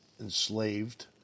enslaved